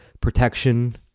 protection